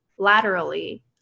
laterally